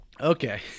Okay